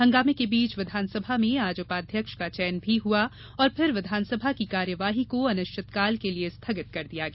हंगामें के बीच विधानसभा में आज उपाध्यक्ष का चयन भी हआ और फिर विधानसभा की कार्यवाही को अनिश्चितकाल के लिये स्थगित कर दिया गया